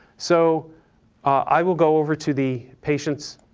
so i will go over to the patients,